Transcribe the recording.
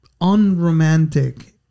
unromantic